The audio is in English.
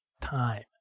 time